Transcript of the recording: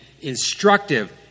instructive